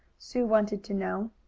sue wanted to know.